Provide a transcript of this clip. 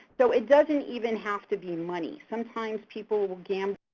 so it doesn't even have to be money. sometimes people will gamble